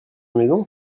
maison